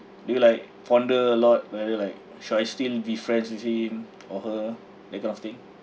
do you like ponder a lot whether like should I still be friends with him or her that kind of thing